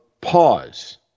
pause